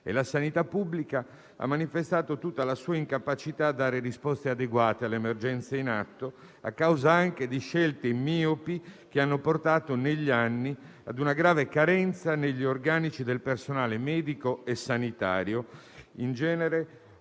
La sanità pubblica ha manifestato tutta la sua incapacità a dare risposte adeguate alle emergenze in atto, anche a causa di scelte miopi che hanno portato negli anni a una grave carenza negli organici del personale medico e sanitario, oltre alle